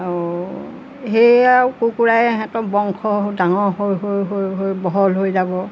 আৰু সেয়াও কুকুৰাই সিহঁতক বংশ ডাঙৰ হৈ হৈ হৈ হৈ বহল হৈ যাব